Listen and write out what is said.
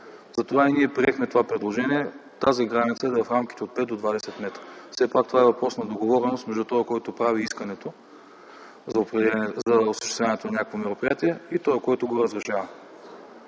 Затова ние приехме това предложение тази граница да е в рамките от пет до двадесет метра. Все пак това е въпрос на договореност между този, който прави искането за осъществяването на някакво мероприятие, и този, който го разрешава.